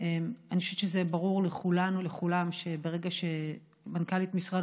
זה ברור לכולן ולכולם שברגע שמנכ"לית משרד